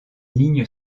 ligne